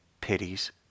pities